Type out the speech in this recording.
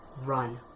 run